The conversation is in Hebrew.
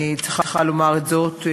אני צריכה לומר את זאת,